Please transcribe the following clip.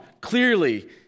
Clearly